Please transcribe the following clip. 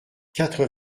quatre